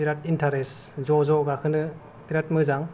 बिराद इन्टारेस्ट ज' ज' गाखोनो बिराद मोजां